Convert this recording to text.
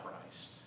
Christ